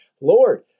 Lord